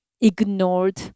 ignored